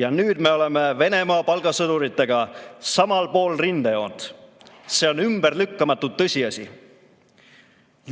Ja nüüd me oleme Venemaa palgasõduritega samal pool rindejoont. See on ümberlükkamatu tõsiasi.